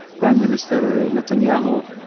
prime minister netanyahu,